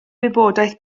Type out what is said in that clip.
wybodaeth